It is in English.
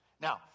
Now